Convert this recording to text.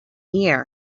year